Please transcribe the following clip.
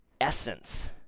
essence